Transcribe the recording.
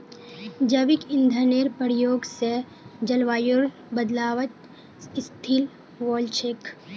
जैविक ईंधनेर प्रयोग स जलवायुर बदलावत स्थिल वोल छेक